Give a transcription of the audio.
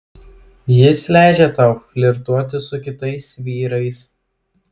jis leidžia tau flirtuoti su kitais vyrais